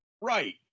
Right